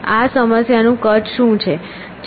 આ સમસ્યાનું કદ શું છે